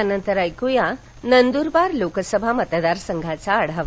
यानंतर ऐक्या नंद्रबार लोकसभा मतदार संघाचा आढावा